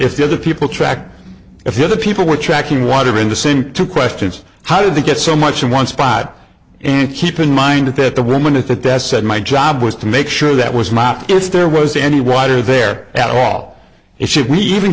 if the other people track if the other people were tracking water in the same two questions how did they get so much in one spot and keep in mind that the woman i think that said my job was to make sure that was mine if there was any water there at all if she we even